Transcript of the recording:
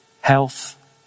health